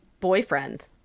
boyfriend